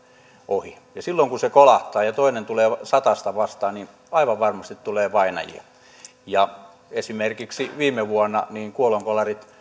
ohi silloin kun se kolahtaa ja ja toinen tulee satasta vastaan niin aivan varmasti tulee vainajia esimerkiksi viime vuonna kuolonkolarit